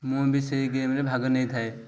ମୁଁ ବି ସେଇ ଗେମ୍ରେ ଭାଗ ନେଇଥାଏ